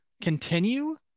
continue